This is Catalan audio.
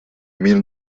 mil